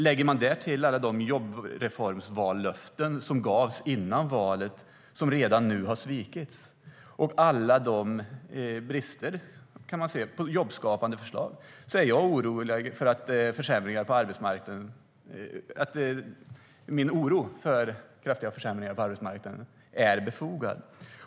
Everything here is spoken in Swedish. Lägger man därtill alla de jobbreformsvallöften som gavs före valet, som redan nu har svikits, och alla brister på jobbskapande förslag är min oro för kraftiga försämringar på arbetsmarknaden befogad.